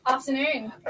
Afternoon